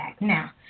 Now